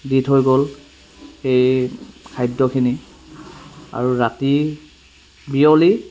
দি থৈ গ'ল এই খাদ্যখিনি আৰু ৰাতি বিয়লি